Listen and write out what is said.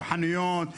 חנויות.